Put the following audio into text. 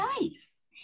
nice